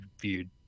viewed